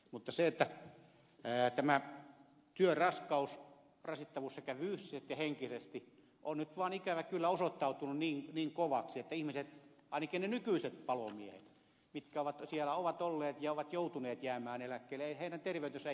mutta tämän työn raskaus sekä fyysinen että henkinen rasittavuus on nyt vaan ikävä kyllä osoittautunut niin kovaksi että ainakaan niiden nykyisten palomiesten jotka siellä ovat olleet ja joutuneet jäämään eläkkeelle terveys ei kestänyt